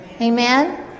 Amen